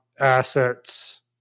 assets